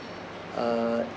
uh